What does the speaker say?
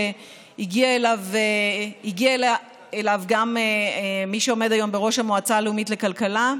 שהגיעו אליו גם מי שעומד היום בראש המועצה הלאומית לכלכלה,